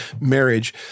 marriage